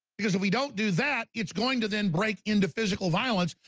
because if we don't do that it's going to then break into physical violence.